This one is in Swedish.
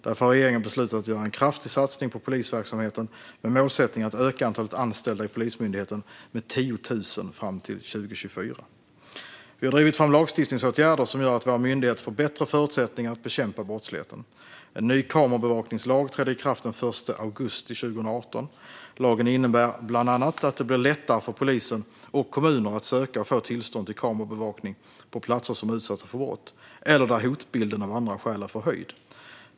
Därför har regeringen beslutat att göra en kraftig satsning på polisverksamheten med målsättningen att öka antalet anställda i Polismyndigheten med 10 000 fram till 2024. Vi har drivit fram lagstiftningsåtgärder som gör att våra myndigheter får bättre förutsättningar att bekämpa brottsligheten. En ny kamerabevakningslag trädde i kraft den 1 augusti 2018. Lagen innebär bland annat att det blir lättare för polisen och kommuner att söka och få tillstånd till kamerabevakning på platser som är utsatta för brott eller där hotbilden av andra skäl är förhöjd.